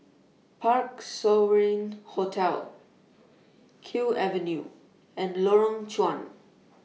Parc Sovereign Hotel Kew Avenue and Lorong Chuan